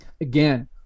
Again